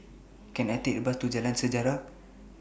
Can I Take A Bus to Jalan Sejarah